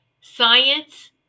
science